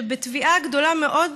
שבתביעה גדולה מאוד